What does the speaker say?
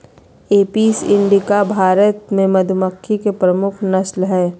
Apis indica Bharat मे मधुमक्खी के प्रमुख नस्ल हय